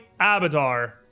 Abadar